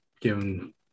given